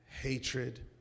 hatred